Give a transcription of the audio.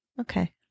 Okay